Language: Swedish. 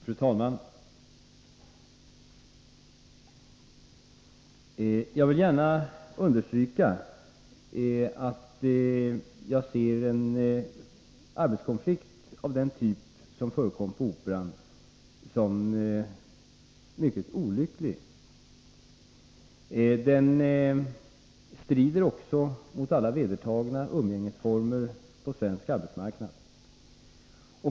Fru talman! Jag vill gärna understryka att jag anser att en arbetskonflikt av den typ som förekom på Operan är mycket olycklig. Den strider också mot alla vedertagna umgängesformer på svensk arbetsmarknad.